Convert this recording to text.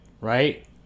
right